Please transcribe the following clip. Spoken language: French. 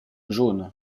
jaune